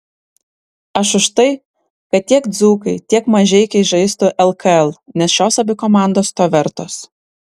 aš už tai kad tiek dzūkai tiek mažeikiai žaistų lkl nes šios abi komandos to vertos